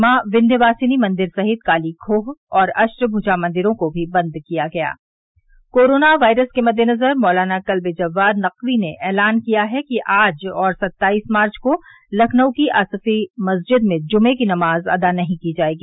माँ विन्यवासिनी मन्दिर सहित काली खोह व अष्टभुजा मन्दिरों को भी बन्द किया गया कोरोना वायरस के मद्देनजर मौलाना कल्बे जव्वाद नकवी ने ऐलान किया है कि आज और सत्ताइस मार्च को लखनऊ की आसफी मस्जिद में जुमे की नमाज अदा नहीं की जायेगी